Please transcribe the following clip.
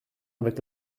avec